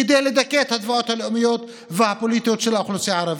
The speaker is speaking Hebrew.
כדי לדכא את התביעות הלאומיות והפוליטיות של האוכלוסייה הערבית.